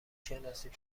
شناسید